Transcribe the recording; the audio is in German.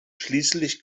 schließlich